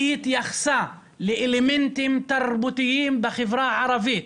היא התייחסה לאלמנטים תרבותיים בחברה הערבית.